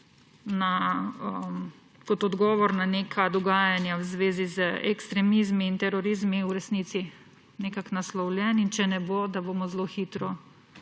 kot odgovor na neka dogajanja v zvezi z ekstremizmi in terorizmi, v resnici nekako naslovljen. Če ne bo, bomo zelo hitro